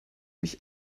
mich